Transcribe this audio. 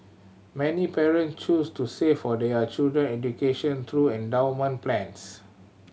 many parent choose to save for their children education through endowment plans